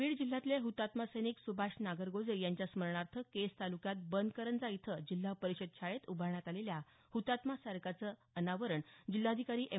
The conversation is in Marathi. बीड जिल्ह्यातले हुतात्मा सैनिक सुभाष नागरगोजे यांच्या स्मरणार्थ केज तालुक्यात बनकरंजा इथं जिल्हा परिषद शाळेत उभारण्यात आलेल्या हतात्मा स्मारकाचं अनावरण जिल्हाधिकारी एम